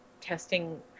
testing